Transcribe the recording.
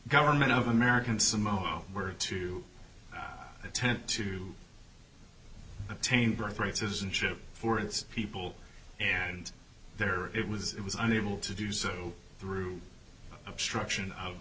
government of american samoa were to attempt to attain birthright citizenship for its people and there it was it was unable to do so through obstruction of